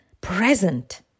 present